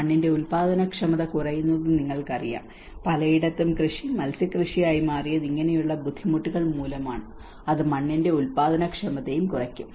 മണ്ണിന്റെ ഉൽപ്പാദനക്ഷമത കുറയുന്നത് നിങ്ങൾക്കറിയാം പലയിടത്തും കൃഷി മത്സ്യകൃഷിയായി മാറിയത് ഇങ്ങനെയുള്ള ബുദ്ധിമുട്ടുകൾ മൂലമാണ് അത് മണ്ണിന്റെ ഉൽപാദനക്ഷമതയും എങ്ങനെ കുറയ്ക്കും